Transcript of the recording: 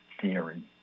Theory